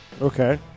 Okay